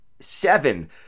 Seven